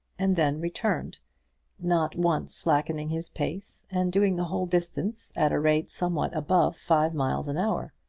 and then returned not once slackening his pace, and doing the whole distance at a rate somewhat above five miles an hour.